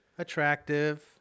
Attractive